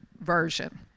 version